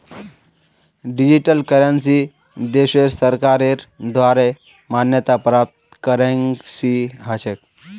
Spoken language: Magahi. डिजिटल करेंसी देशेर सरकारेर द्वारे मान्यता प्राप्त करेंसी ह छेक